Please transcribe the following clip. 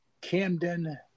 Camden